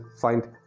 find